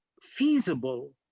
feasible